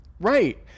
Right